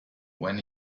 when